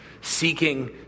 seeking